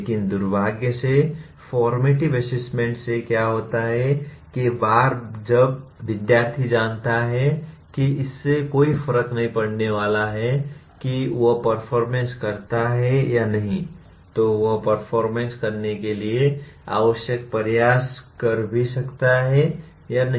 लेकिन दुर्भाग्य से फॉर्मेटिव असेसमेंट से क्या होता है कि एक बार जब विद्यार्थी जानता है कि इससे कोई फर्क नहीं पड़ने वाला है कि वह परफॉरमेंस करता है या नहीं तो वह परफॉरमेंस करने के लिए आवश्यक प्रयास कर भी सकता है या नहीं